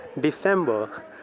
December